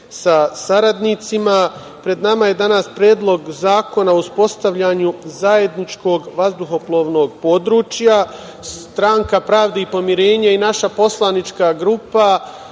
sa saradnicima, pred nama je danas Predlog zakona o uspostavljanju zajedničkog vazduhoplovnog područja. Stranka pravde i pomirenja i naša poslanička grupa